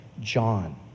John